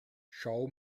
schau